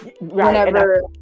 whenever